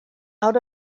out